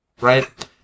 right